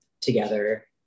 together